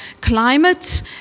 climate